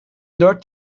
dört